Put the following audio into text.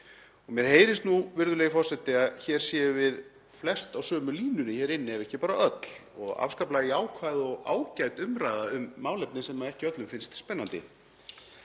Mér heyrist nú, virðulegi forseti, að hér séum við flest á sömu línunni hér inni ef ekki bara öll og afskaplega jákvæð og ágæt umræða um málefni sem ekki öllum finnst spennandi.